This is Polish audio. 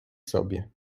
sobie